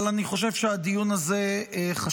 אבל אני חושב שהדיון הזה חשוב.